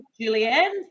julianne